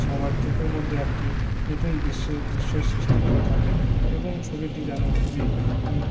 সবার চোখের মধ্যে একটি নতুন দৃশ্য দৃশ্যের সৃষ্টি করে থাকে এবং ছবিটি যেন খুবই